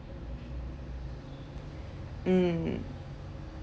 mm